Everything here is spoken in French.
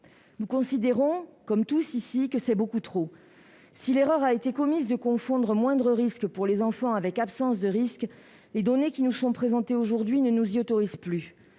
Nous considérons tous ici que c'est beaucoup trop. Si l'erreur a été commise de confondre moindre risque pour les enfants avec absence de risque, les données qui nous sont présentées aujourd'hui ne nous y autorisent plus.